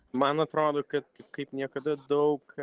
man atrodo kad kaip niekada daug